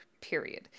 period